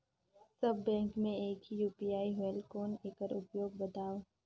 सब bank मे एक ही यू.पी.आई होएल कौन एकर उपयोग बताव?